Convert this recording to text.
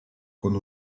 con